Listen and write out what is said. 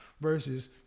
versus